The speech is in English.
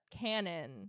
canon